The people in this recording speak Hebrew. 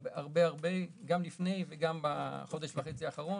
הרבה-הרבה, גם לפני וגם בחודש וחצי האחרון.